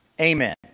amen